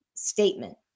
statement